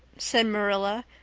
said marilla,